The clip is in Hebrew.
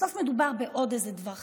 בסוף מדובר בעוד איזה דבר חקיקה,